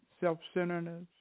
self-centeredness